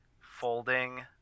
folding